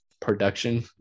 production